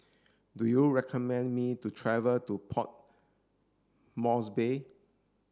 do you recommend me to travel to Port Moresby